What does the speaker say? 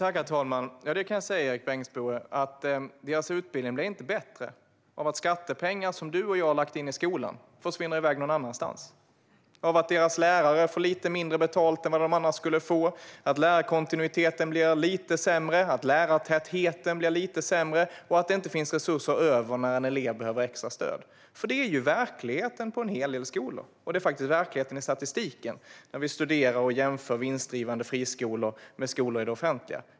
Herr talman! Det kan jag säga Erik Bengtzboe - elevernas utbildning blir inte bättre av att skattepengar som du och jag har lagt in i skolan försvinner någon annanstans. Den blir inte bättre av att deras lärare får lite mindre betalt än vad de annars skulle få, av att lärarkontinuiteten blir lite sämre, av att lärartätheten blir lite sämre och av att det inte finns resurser över när en elev behöver extra stöd. Det är verkligheten på en hel del skolor, och det är verkligheten i den statistik vi ser när vi studerar och jämför vinstdrivande friskolor med skolor i det offentliga.